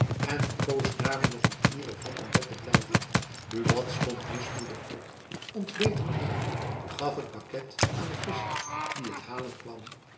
en verkoos daarom nog een uur of wat in t bed te blijven buat stond mismoedig op ontbeet alleen gaf het pakket aan den visscher die het halen kwam